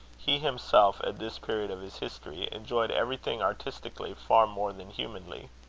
he himself, at this period of his history, enjoyed everything artistically far more than humanly.